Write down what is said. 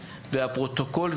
והפרוטוקול,